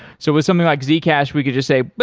so it was something like zcash we could just say,